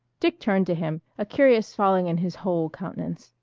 dick turned to him, a curious falling in his whole countenance.